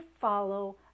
follow